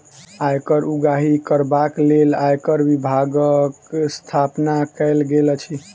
आयकर उगाही करबाक लेल आयकर विभागक स्थापना कयल गेल अछि